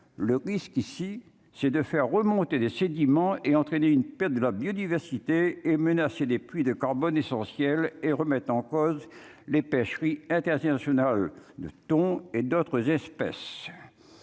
le risque ici, c'est de faire remonter les sédiments et entraîné une perte de la biodiversité et menacé des puits de carbone essentiel et remettre en cause les pêcheries international de ton et d'autres espèces,